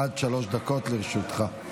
עד שלוש דקות לרשותך.